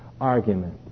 argument